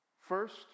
First